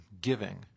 giving